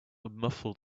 muffled